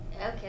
Okay